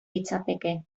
litzateke